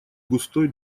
густой